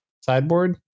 Sideboard